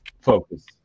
focus